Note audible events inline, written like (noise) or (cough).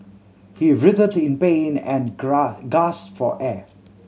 he writhed in pain and (unintelligible) for air